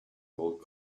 gold